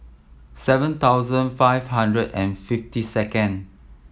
seven thousand five hundred and fifty second